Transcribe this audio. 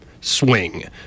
swing